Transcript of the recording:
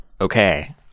Okay